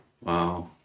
wow